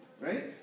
Right